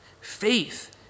faith